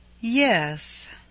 Yes